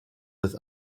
with